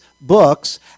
books